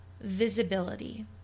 visibility